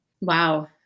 Wow